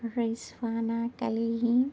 Rizwana کلیم